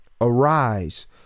Arise